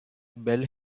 bell